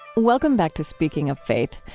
welcome back to speaking of faith,